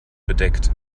bedeckt